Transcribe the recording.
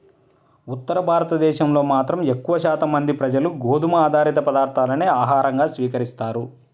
ఉత్తర భారతదేశంలో మాత్రం ఎక్కువ శాతం మంది ప్రజలు గోధుమ ఆధారిత పదార్ధాలనే ఆహారంగా స్వీకరిస్తారు